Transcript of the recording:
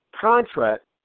contract